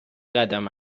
قدم